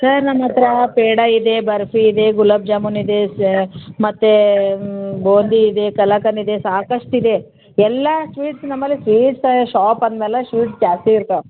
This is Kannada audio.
ಸರ್ ನಮ್ಮ ಹತ್ತಿರ ಪೇಡ ಇದೆ ಬರ್ಫಿ ಇದೆ ಗುಲಾಬ್ ಜಾಮೂನು ಇದೆ ಮತ್ತು ಬೂಂದಿ ಇದೆ ಕಾಲಕಾನ್ ಇದೆ ಸಾಕಷ್ಟು ಇದೆ ಎಲ್ಲ ಸ್ವೀಟ್ಸ್ ನಮ್ಮಲ್ಲಿ ಸ್ವೀಟ್ಸ್ ಶಾಪ್ ಅಂದಮೇಲೆ ಸ್ವೀಟ್ಸ್ ಜಾಸ್ತಿ ಇರ್ತಾವೆ